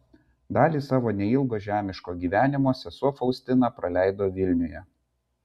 dalį savo neilgo žemiško gyvenimo sesuo faustina praleido vilniuje